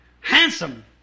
handsome